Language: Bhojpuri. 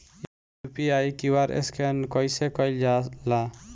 यू.पी.आई क्यू.आर स्कैन कइसे कईल जा ला?